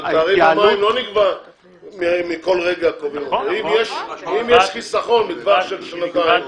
אבל כרגע המים לא נגבה מכל --- אם יש חיסכון בטווח של שנתיים,